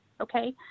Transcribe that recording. Okay